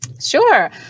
Sure